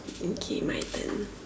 okay my turn